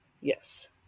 Yes